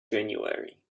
january